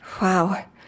Wow